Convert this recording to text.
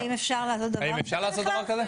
האם אפשר לעשות דבר כזה בכלל?